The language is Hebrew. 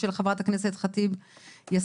של חברת הכנסת אימאן ח'טיב יאסין